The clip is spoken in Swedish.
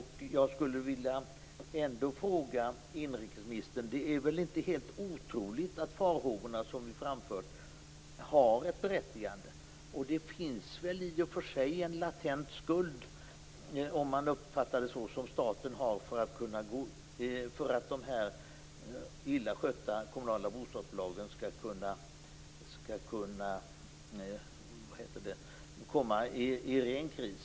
Jag skulle därför vilja fråga inrikesministern: Det är väl inte helt otroligt att de farhågor som framförts har ett berättigande? Det finns väl i och för sig en latent skuld som staten har till de illa skötta kommunala bostadsbolagen som kan hamna i ren kris?